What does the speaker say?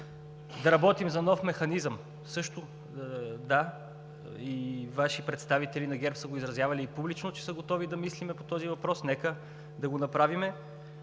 Да работим за нов механизъм – също, да, и Ваши представители на ГЕРБ са изразявали публично, че са готови да мислим по този въпрос, нека да го направим.